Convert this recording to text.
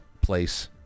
place